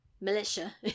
militia